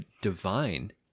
divine